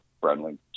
friendly